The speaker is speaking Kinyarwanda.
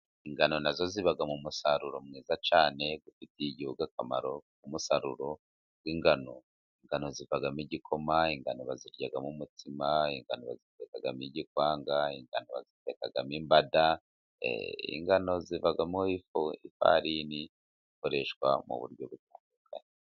Ingano na zo ziba mu musaruro mwiza cyane ufitiye igihugu akamaro. Umusaruro w'ingano, ingano zivamo igikoma, ingano baziryamo umutsima, ingano bazitekamo igikwanga, ingano bazitekamo imbada, ingano zivamo ifu y'ifarini ikoreshwa mu buryo butandukanye.